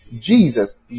Jesus